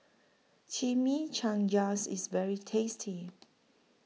Chimichangas IS very tasty